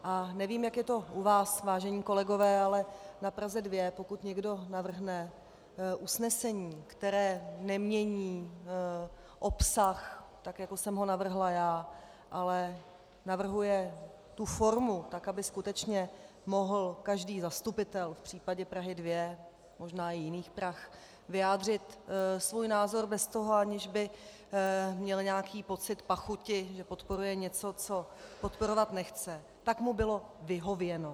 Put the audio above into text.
A nevím, jak je to u vás, vážení kolegové, ale na Praze 2 pokud někdo navrhne usnesení, které nemění obsah, tak jako jsem ho navrhla já, ale navrhuje tu formu, tak aby skutečně mohl každý zastupitel v případě Prahy 2, možná i jiných Prah, vyjádřit svůj názor bez toho, aniž by měl nějaký pocit pachuti, že podporuje něco, co podporovat nechce, tak mu bylo vyhověno.